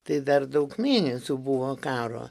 tai dar daug mėnesių buvo karo